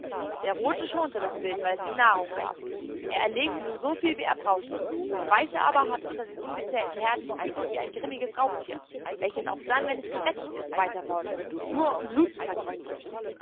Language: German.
der rote schonte das wild weil es ihm nahrung gab er erlegte nur so viel wie er brauchte der weiße aber hat unter den ungezählten herden gewütet wie ein grimmiges raubtier welches auch dann wenn es gesättigt ist weiter mordet nur um blut zu vergießen